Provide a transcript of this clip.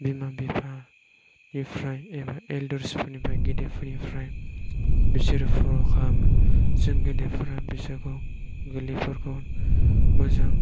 बिमा बिफानिफ्राय एबा एल्डार्स गिदिरफोरनिफ्राय बिसोर फल' खालामो जों गेदेरफोरा बिसोरखौ गोरलैफोरखौ मोजां